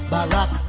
Barack